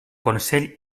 consell